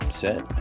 set